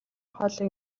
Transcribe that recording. хоолыг